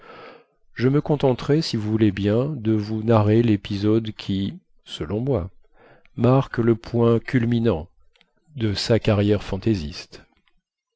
je me contenterai si vous voulez bien de vous narrer lépisode qui selon moi marque le point culminant de sa carrière fantaisiste